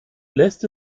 lässt